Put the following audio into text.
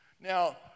Now